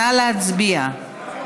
נא להצביע.